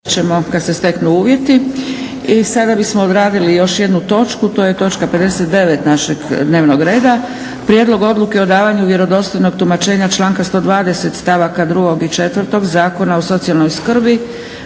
Dragica (SDP)** I sada bismo odradili još jednu točku. To je točke 59. našeg dnevnog reda. 59. Prijedlog odluke o davanju vjerodostojnog tumačenja članka 120. stavaka 2. i 4. Zakona o socijalnoj skrbi